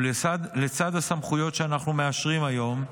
ולצד הסמכויות שאנחנו מאשרים היום,